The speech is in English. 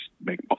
make